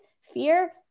fear